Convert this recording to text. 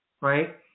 right